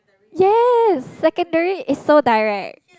yes secondary is so direct